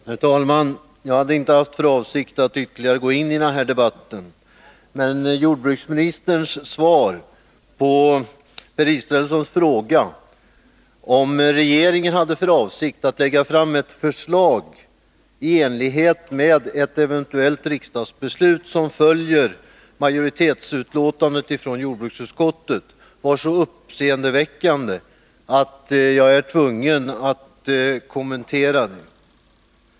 Herr talman! Jag hade inte haft för avsikt att ytterligare gå in i denna debatt, men jordbruksministerns svar på Per Israelssons fråga, huruvida regeringen hade för avsikt att lägga fram ett förslag i enlighet med ett eventuellt riksdagsbeslut som följer majoritetsskrivningen i jordbruksutskottet, var så uppseendeväckande att jag är tvungen att kommentera det.